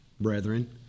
brethren